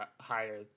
higher